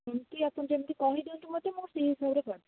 କେମିତି ଆପଣ ଯେମିତି କହିଦିଅନ୍ତୁ ମୋତେ ମୁଁ ସେଇ ହିସାବରେ କରିଦେବି